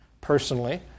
personally